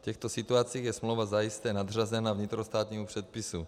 V těchto situacích je smlouva zajisté nadřazena vnitrostátnímu předpisu.